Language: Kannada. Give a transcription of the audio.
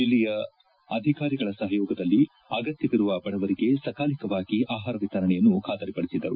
ಜಿಲ್ಲೆಯ ಅಧಿಕಾರಿಗಳ ಸಹಯೋಗದಲ್ಲಿ ಅಗತ್ತವಿರುವ ಬಡವರಿಗೆ ಸಕಾಲಿಕವಾಗಿ ಆಹಾರ ವಿತರಣೆಯನ್ನು ಬಾತರಿಪಡಿಸಿದ್ದರು